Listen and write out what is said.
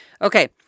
Okay